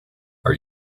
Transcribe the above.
are